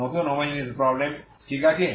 নন homogeneous problem ঠিক আছে